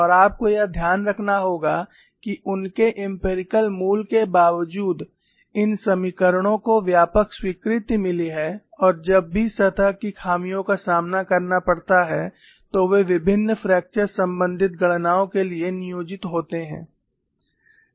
और आपको यह ध्यान रखना होगा कि उनके एम्पिरिकल मूल के बावजूद इन समीकरणों को व्यापक स्वीकृति मिली है और जब भी सतह की खामियों का सामना करना पड़ता है तो वे विभिन्न फ्रैक्चर संबंधित गणनाओं के लिए नियोजित होते हैं